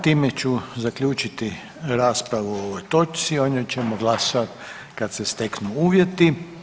Time ću zaključiti raspravu o ovoj točci, o njoj ćemo glasovati kad se steknu uvjeti.